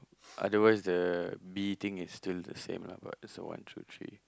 otherwise the B thing is still the same lah but there's the one two three